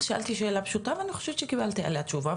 שאלתי שאלה פשוטה ואני חושבת שקיבלתי עליה תשובה,